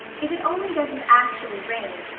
if it only doesn't actually rain,